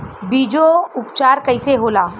बीजो उपचार कईसे होला?